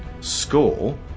score